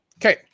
Okay